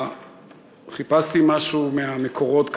חיפשתי משהו מהמקורות,